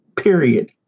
period